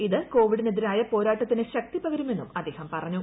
ഇത് കോവിഡിനെതിരായ പോരാട്ടത്തിന് ശക്തി പകരുമെന്നും അദ്ദേഹം പറഞ്ഞു